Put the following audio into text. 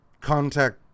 contact